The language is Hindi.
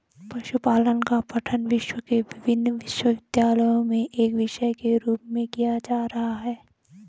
पशुपालन का पठन विश्व के विभिन्न विश्वविद्यालयों में एक विषय के रूप में किया जा रहा है